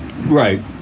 Right